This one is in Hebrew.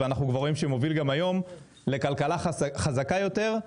ואנחנו רואים שמוביל גם היום לכלכלה חזקה יותר,